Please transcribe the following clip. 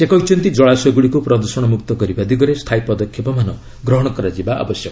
ସେ କହିଛନ୍ତି ଜଳାଶୟ ଗୁଡ଼ିକୁ ପ୍ରଦୂଷଣ ମୁକ୍ତ କରିବା ଦିଗରେ ସ୍ଥାୟୀ ପଦକ୍ଷେପମାନ ନିଆଯିବା ଉଚିତ୍